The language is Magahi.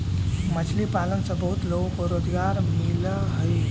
मछली पालन से बहुत लोगों को रोजगार मिलअ हई